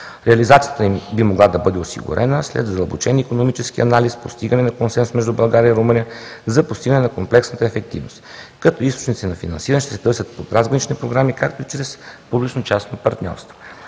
Реализацията им би могла да бъде осигурена след задълбочен икономически анализ, постигане на консенсус между България и Румъния за постигане на комплексната ефективност, като източници на финансиране ще се търсят по трансгранични програми, както и чрез публично-частно партньорство.